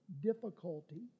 difficulty